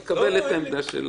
אני עונה לפי הסדר.